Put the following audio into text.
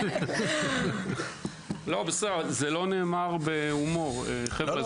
זה לא נאמר בהומור, חבר'ה.